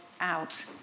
out